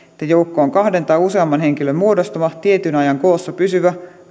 että joukko on kahden tai useamman henkilön muodostama tietyn ajan koossa pysyvä